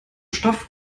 stoff